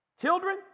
children